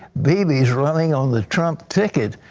bb is running on the trump ticket.